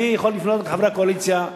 אני יכול לפנות לחברי הקואליציה,